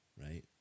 right